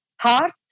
heart